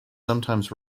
sometimes